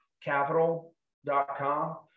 capital.com